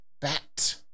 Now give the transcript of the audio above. Bat